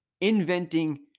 inventing